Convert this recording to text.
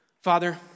Father